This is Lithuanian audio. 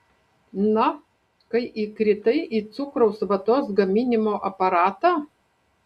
na kai įkritai į cukraus vatos gaminimo aparatą